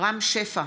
רם שפע,